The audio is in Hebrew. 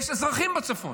יש אזרחים בצפון,